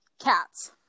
cats